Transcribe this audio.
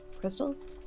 crystals